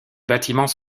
bâtiments